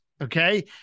Okay